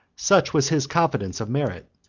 such was his confidence of merit,